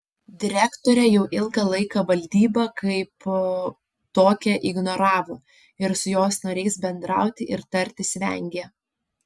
direktorė jau ilgą laiką valdybą kaip tokią ignoravo ir su jos nariais bendrauti ir tartis vengė